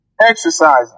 exercising